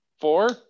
four